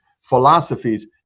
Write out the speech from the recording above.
philosophies